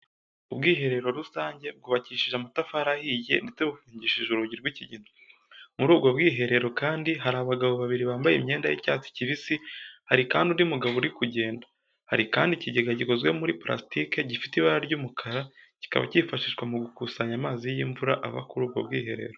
Ubwiherero rusange bwubakishije amatafari ahiye ndetse bufungishije urugi rw'ikigina. Muri ubwo bwiherero kandi hari abagabo babili bambaye imyenda y'icyatsi kibisi, hari kandi undi mugabo uri kugenda. Hari kandi ikigega gikozwe muri pulasike gifite ibara ry'umukara, kikaba kifashishwa mu gukusanya amazi y'imvura ava kuri ubwo bwiherero.